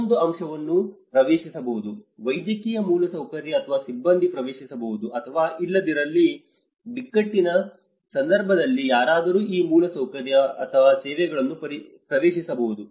ಮತ್ತೊಂದು ಅಂಶವನ್ನು ಪ್ರವೇಶಿಸಬಹುದು ವೈದ್ಯಕೀಯ ಮೂಲಸೌಕರ್ಯ ಅಥವಾ ಸಿಬ್ಬಂದಿ ಪ್ರವೇಶಿಸಬಹುದು ಅಥವಾ ಇಲ್ಲದಿರಲಿ ಬಿಕ್ಕಟ್ಟಿನ ಸಂದರ್ಭದಲ್ಲಿ ಯಾರಾದರೂ ಈ ಮೂಲಸೌಕರ್ಯ ಮತ್ತು ಸೇವೆಗಳನ್ನು ಪ್ರವೇಶಿಸಬಹುದು